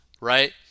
right